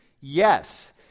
yes